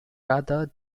rather